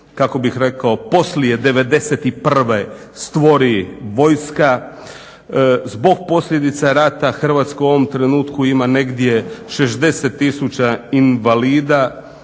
kako bih rekao da se poslije '91. stvori vojska. Zbog posljedica rata Hrvatska u ovom trenutku ima negdje 60 tisuća invalida.